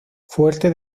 fuerte